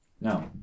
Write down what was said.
No